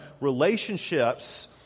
Relationships